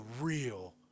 real